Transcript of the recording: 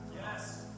Yes